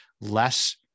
less